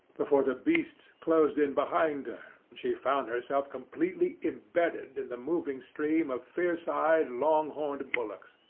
before the beasts closed in behind her, and she found herself completely imbedded in the moving stream of fierce-eyed, long-horned bullocks.